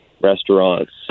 restaurants